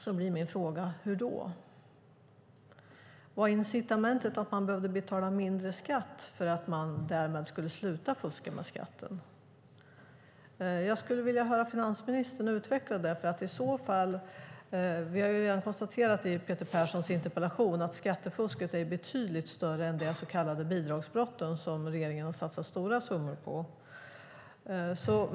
Då blir min fråga: Hur då? Var incitamentet att man behövde betala mindre skatt, för att man därmed skulle sluta fuska med skatten? Jag skulle vilja höra finansministern utveckla det. Vi har ju redan konstaterat i Peter Perssons interpellation att skattefusket är betydligt större än de så kallade bidragsbrotten, som regeringen har satsat stora summor på.